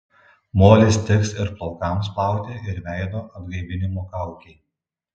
molis tiks ir plaukams plauti ir veido atgaivinimo kaukei